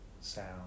sound